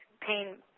pain